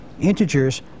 integers